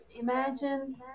Imagine